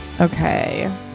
Okay